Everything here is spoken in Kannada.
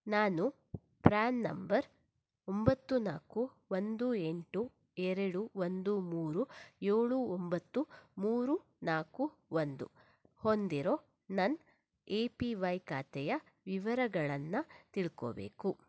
ನಾನು ಪ್ರ್ಯಾನ್ ನಂಬರ್ ಒಂಬತ್ತು ನಾಲ್ಕು ಒಂದು ಎಂಟು ಎರಡು ಒಂದು ಮೂರು ಏಳು ಒಂಬತ್ತು ಮೂರು ನಾಲ್ಕು ಒಂದು ಹೊಂದಿರೋ ನನ್ನ ಎ ಪಿ ವೈ ಖಾತೆಯ ವಿವರಗಳನ್ನು ತಿಳ್ಕೋಬೇಕು